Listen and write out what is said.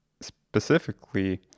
specifically